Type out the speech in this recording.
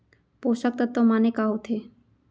पोसक तत्व माने का होथे?